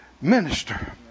minister